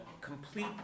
complete